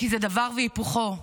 כי זה דבר והיפוכו,